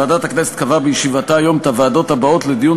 ועדת הכנסת קבעה בישיבתה היום את הוועדות לדיון